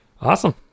Awesome